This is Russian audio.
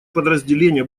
подразделения